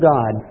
God